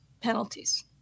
penalties